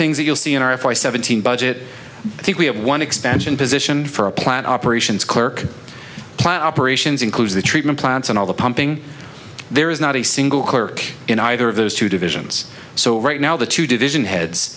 things that you'll see in our if i seventeen budget i think we have one extension position for a plant operations clerk plan operations includes the treatment plants and all the pumping there is not a single clerk in either of those two divisions so right now the two division heads